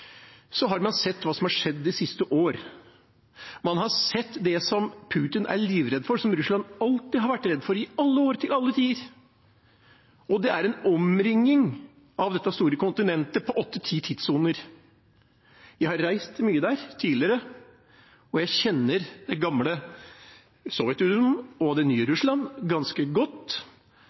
har man sett hva som har skjedd de siste årene. Man har sett det som Putin er livredd for, og som Russland alltid har vært redd for, i alle år, til alle tider: en omringing av dette store kontinentet på åtte–ti tidssoner. Jeg har reist mye der tidligere, og jeg kjenner det gamle Sovjetunionen og det nye Russland ganske godt.